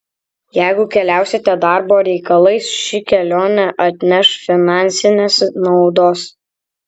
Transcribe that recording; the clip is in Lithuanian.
jeigu keliausite darbo reikalais ši kelionė atneš finansinės naudos